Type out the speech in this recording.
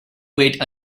wait